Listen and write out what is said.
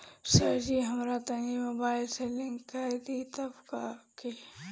सरजी हमरा तनी मोबाइल से लिंक कदी खतबा के